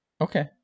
Okay